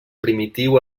primitiu